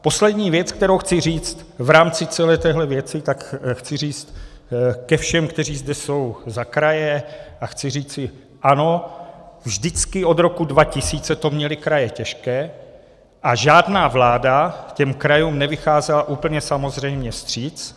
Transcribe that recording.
Poslední věc, kterou chci říct v rámci celé téhle věci, tak chci říct ke všem, kteří zde jsou za kraje, a chci říci ano, vždycky od roku 2000 to měly kraje těžké a žádná vláda těm krajům nevycházela úplně samozřejmě vstříc.